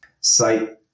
sight